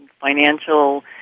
financial